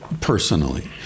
personally